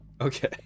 Okay